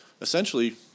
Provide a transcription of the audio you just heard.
essentially –